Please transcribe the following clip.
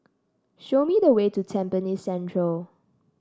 show me the way to Tampines Central